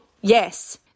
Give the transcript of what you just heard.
yes